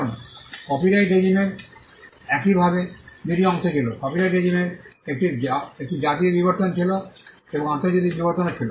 এখন কপিরাইট রেজিমের একইভাবে দুটি অংশ ছিল কপিরাইট রেজিমের একটি জাতীয় বিবর্তন ছিল এবং আন্তর্জাতিক বিবর্তনও ছিল